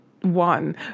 one